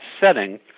setting